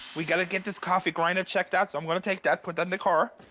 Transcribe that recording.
we got to get this coffee grinder checked out, so i'm going to take that, put that in the car.